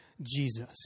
Jesus